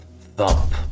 Thump